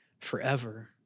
forever